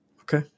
Okay